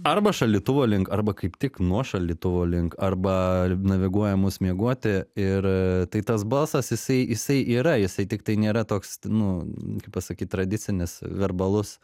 arba šaldytuvo link arba kaip tik nuo šaldytuvo link arba naviguoja mus miegoti ir tai tas balsas jisai jisai yra jisai tiktai nėra toks nu kaip pasakyt tradicinis verbalus